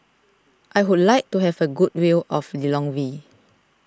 I would like to have a good view of Lilongwe